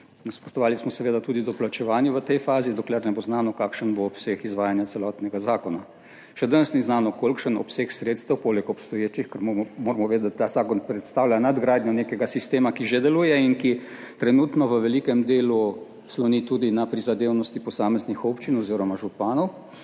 Nasprotovali smo seveda tudi doplačevanju. V tej fazi, dokler ne bo znano kakšen bo obseg izvajanja celotnega zakona, še danes ni znano kolikšen obseg sredstev poleg obstoječih, ker moramo vedeti, da ta zakon predstavlja nadgradnjo nekega sistema, ki že deluje in ki trenutno v velikem delu sloni tudi na prizadevnosti posameznih občin oziroma županov